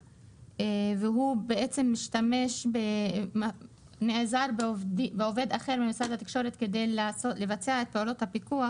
והוא בעצם נעזר בעובד אחר ממשרד התקשורת כדי לבצע את פעולות הפיקוח.